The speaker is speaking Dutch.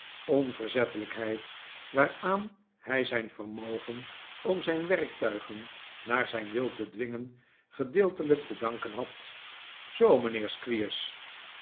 onverzettelijkheid waaraan hij zijn vermogen om zijn werktuigen naar zijn wil te dwingen gedeeltelijk te danken had zoo mijnheer